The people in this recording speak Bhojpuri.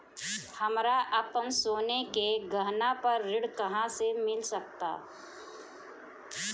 हमरा अपन सोने के गहना पर ऋण कहां मिल सकता?